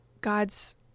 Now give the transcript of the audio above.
God's